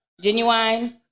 Genuine